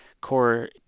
core